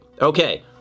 Okay